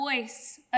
voice